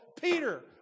Peter